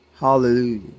Hallelujah